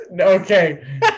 okay